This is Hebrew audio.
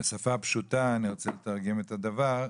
בשפה הפשוטה אני רוצה לתרגם את הדבר.